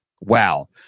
Wow